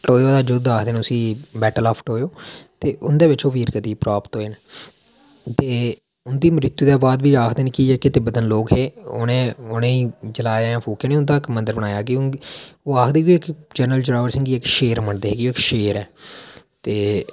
Toyo दा युद्ध आखदे न उसी बैटल ऑफ टोयो ते उंदे बिच ओह् वीरगति गी प्राप्त होए न ते उं'दी मृत्यु दे बाद बी आखदे न कि जेह्ड़े तिब्बतन लोक हे उ'नें उ'नेंगी जलाया जां फूकेआ निं उं'दा इक मंदर बनाया ओह् आखदे कि जनरल जोरावर सिंह गी ओह् मनदे हे कि ओह् इक शेर ऐ ते